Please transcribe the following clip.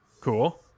cool